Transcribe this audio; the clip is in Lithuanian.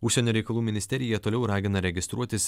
užsienio reikalų ministerija toliau ragina registruotis